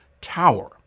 Tower